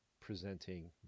presenting